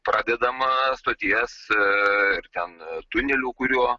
pradedama stoties ir ten tunelių kuriuo